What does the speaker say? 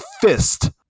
fist